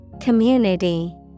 Community